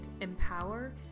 empower